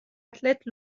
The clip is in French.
athlètes